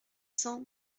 cent